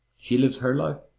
she lives her life,